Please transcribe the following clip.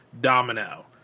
Domino